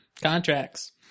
contracts